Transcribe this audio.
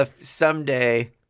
Someday